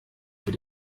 für